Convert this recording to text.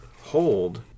hold